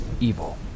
evil